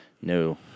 No